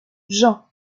jean